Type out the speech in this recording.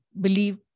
believe